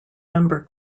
number